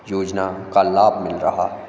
योजनाओं का लाभ मिल रहा है